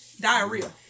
Diarrhea